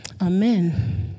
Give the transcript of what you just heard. Amen